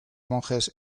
monjes